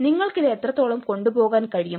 നിങ്ങൾക്ക് ഇത് എത്രത്തോളം കൊണ്ടുപോകാൻ കഴിയും